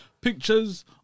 pictures